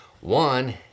One